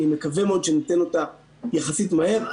אני מקווה מאוד שניתן אותה יחסית מהר.